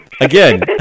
Again